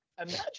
Imagine